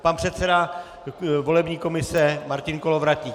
Pan předseda volební komise Martin Kolovratník.